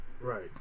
Right